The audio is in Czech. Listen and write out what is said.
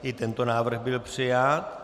I tento návrh byl přijat.